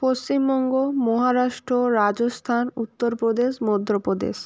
Paschimbanga Maharashtra Rajasthan Uttar Pradesh Madhya Pradesh